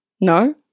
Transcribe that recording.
No